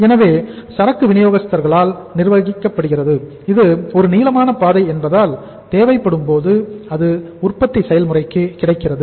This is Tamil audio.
எனவே சரக்கு வினியோகஸ்தர்களால் நிர்வகிக்கப்படுகிறது இது ஒரு நீளமான பாதை என்பதால் தேவைப்படும்போது அது உற்பத்தி செயல்முறைக்கு கிடைக்கிறது